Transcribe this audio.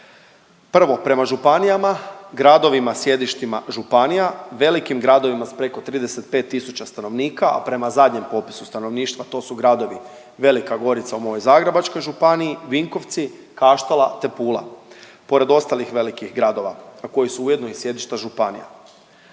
Prvo prema županijama, gradovima sjedištima županija, velikim gradovima sa preko 35000 stanovnika a prema zadnjem popisu stanovništva to su gradovi Velika Gorica u mojoj Zagrebačkoj županiji, Vinkovci, Kašteli, te Pula pored ostalih velikih gradova a koji su ujedno i sjedišta županija.